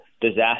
disaster